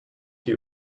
you